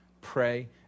pray